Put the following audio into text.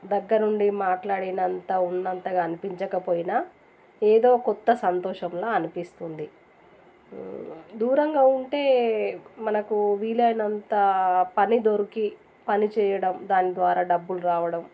దగ్గరుండి మాట్లాడినంత ఉన్నంతగా అనిపించకపోయినా ఏదో కొత్త సంతోషంలా అనిపిస్తుంది దూరంగా ఉంటే మనకు వీలైనంతా పని దొరికి పని చేయడం దాని ద్వారా డబ్బులు రావడం